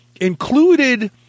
included